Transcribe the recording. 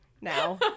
now